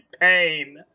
pain